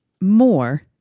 more